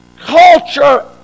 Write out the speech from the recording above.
culture